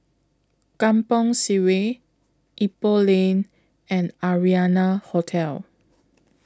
Kampong Sireh Ipoh Lane and Arianna Hotel